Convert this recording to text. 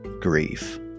grief